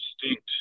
distinct